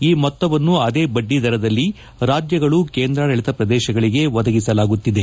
ಈ ಮೊತ್ತವನ್ನು ಅದೇ ಬಡ್ಡಿದರದಲ್ಲಿ ರಾಜ್ಯಗಳು ಕೇಂದ್ರಾಡಳಿತ ಪ್ರದೇಶಗಳಿಗೆ ಒದಗಿಸಲಾಗುತ್ತಿದೆ